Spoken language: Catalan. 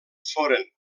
foren